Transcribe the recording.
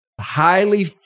highly